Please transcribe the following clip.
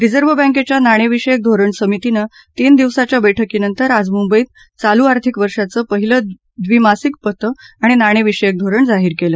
reserve बँकेच्या नाणेविषयक धोरण समितीनं तीन दिवसांच्या बैठकीनंतर आज मुंबईत चालू आर्थिक वर्षाचं पहिलं द्विमासिक पतं आणि नाणेविषयक धोरण जाहीर केलं